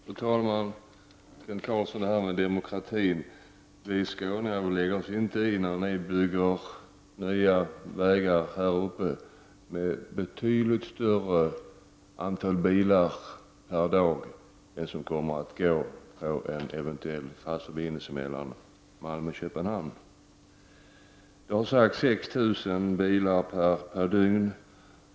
Fru talman! När det gäller demokrati, Kent Carlsson, lägger vi skåningar oss inte i när ni bygger nya vägar uppe i landet där det kör betydligt mer bilar per dag än de som kommer att köra på en eventuell fast förbindelse mellan Malmö och Köpenhamn. Det har sagts att det skall röra sig om 6 000 bilar per dygn.